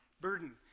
Burden